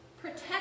Protect